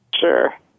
Sure